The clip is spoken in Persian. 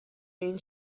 این